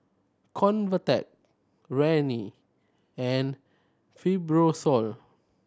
Convatec Rene and Fibrosol